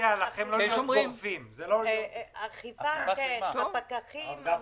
על אכיפה עם פקחים ומשטרה.